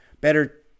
better